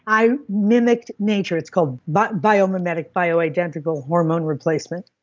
i mimicked nature. it's called but bio-mimetic bio-identical hormone replacement.